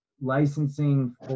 licensing